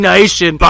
Nation